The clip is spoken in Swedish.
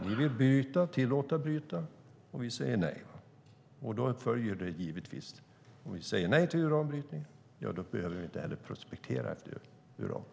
Ni vill tillåta brytning, och vi säger nej. Av det att vi säger nej till uranbrytning följer givetvis att vi inte heller behöver prospektera efter uran.